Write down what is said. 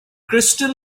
crystal